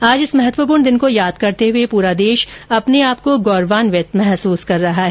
आज इस महत्वपूर्ण दिन को याद करते हुए पूरा देश अपने आप को गोरवान्वित महसूस कर रहा है